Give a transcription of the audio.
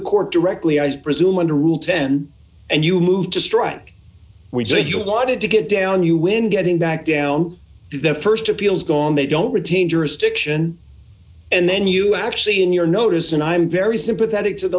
court directly i presume under rule ten and you moved to strike we jail you wanted to get down you when getting back down to the st appeals gone they don't retain jurisdiction and then you actually in your notice and i'm very sympathetic to the